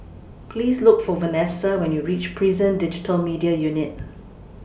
Please Look For Vanessa when YOU REACH Prison Digital Media Unit